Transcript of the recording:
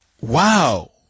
Wow